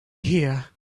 here